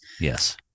Yes